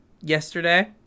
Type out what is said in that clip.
yesterday